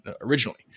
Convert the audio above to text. originally